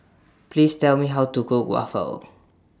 Please Tell Me How to Cook Waffle